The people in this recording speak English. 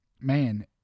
Man